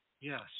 Yes